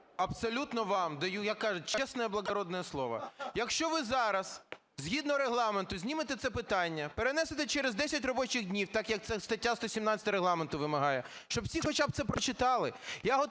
абсолютно вам даю, як кажуть, честное благородное слово: якщо ви зараз згідно Регламенту знімете це питання, перенесете через 10 робочих днів – так, як це стаття 117 Регламенту вимагає, - щоб всі хоча б це прочитали,